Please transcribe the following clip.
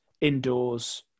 indoors